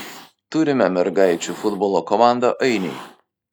turime mergaičių futbolo komandą ainiai